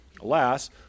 Alas